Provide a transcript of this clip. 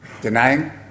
denying